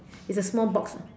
it's a small box